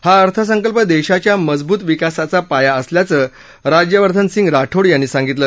हा अर्थसंकल्प देशाच्या मजबूत विकासाचा पाया असल्याचं राज्यवर्धन सिंग राठोड यांनी सांगितलं